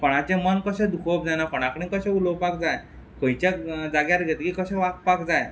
कोणाचें मन कशें दुखोवंक जायना कोणा कडेन कशें उलोवपाक जाय खंयच्या जाग्यार वयतकीर कशें वागपाक जाय